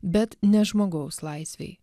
bet ne žmogaus laisvei